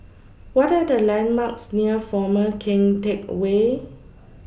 What Are The landmarks near Former Keng Teck Whay